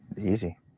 Easy